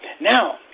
Now